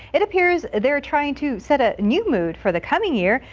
it appears they're trying to set a new mood for the coming year,